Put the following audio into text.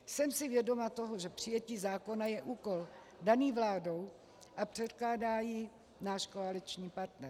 Jsem si vědoma toho, že přijetí zákona je úkol daný vládou a předkládá jej náš koaliční partner.